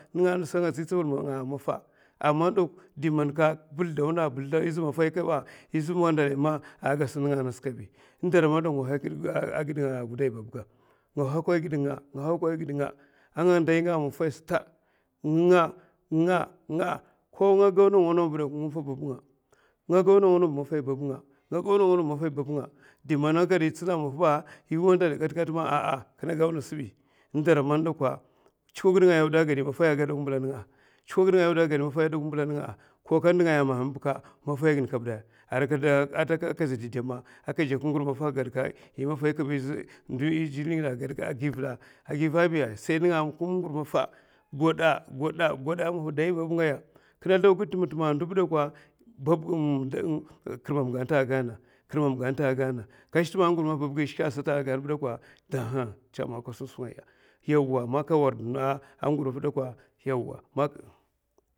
Ninga nasa nga tsi tsavil mana maffa a man dak diman ka birida wuna bisida wuna iza maffai kaba iza wandalai ma a ka gad sa ninga nas kabi indara man nja hadakwan gid nga, nga hokai gid nga, nga ko nga go nawa nawa nga go nawa nawaba nga maffai bab nga dimana gad itsine mam maff ba i wand alai. Kat kat me kina go nasbi incbi man dakwa tsikad gid nga yaw di aka gad i maffai aka gada tsi kad gid nga yaw da in mbila ninga’a, maffai ya aka ndi nga ma ma bikka maffai gin kab dai aria kadi akaza dema a jaka ngur maffa aka gadka i maffai kaba i ndou i riri ngida a gadkam a givda a givabi sai nina a ngur maffa gwada, gwada maffa dai bab ngaya kina sldaw gid tim tima a ndou bida kwa balgati kar mamga ta aka gana ka shik tim ngur maff babga i shika sata aka gana bidakwa daha’a tsa man ka sun skwi ngaya yawa man ka warda a ngur maff dakwa yawa ma.